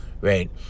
right